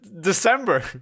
December